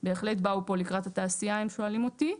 בהחלט באו פה לקראת התעשייה, אם שואלים אותי.